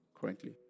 currently